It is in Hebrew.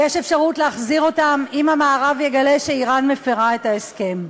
ויש אפשרות להחזיר אותן אם המערב יגלה שאיראן מפרה את ההסכם.